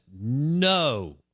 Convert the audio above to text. no